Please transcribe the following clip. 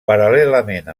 paral·lelament